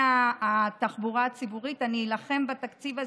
התחבורה הציבורית אני אילחם בתקציב הזה,